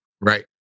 Right